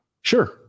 Sure